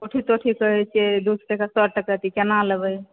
पोठी तोठी कहै छियै दू सए टके सए टके तऽ ई केना लेबै